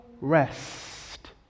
rest